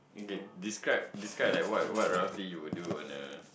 K describe describe like what what roughly you will do on a